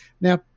Now